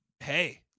Hey